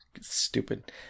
Stupid